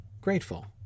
grateful